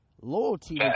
loyalty